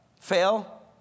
fail